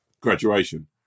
Graduation